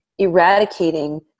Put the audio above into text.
eradicating